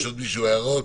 יש למישהו עוד הערות?